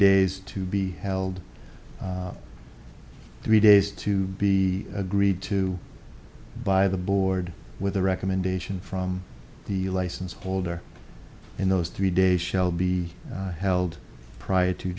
days to be held three days to be agreed to by the board with a recommendation from the license holder in those three days shall be held prior to